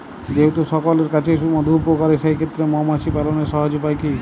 যেহেতু সকলের কাছেই মধু উপকারী সেই ক্ষেত্রে মৌমাছি পালনের সহজ উপায় কি?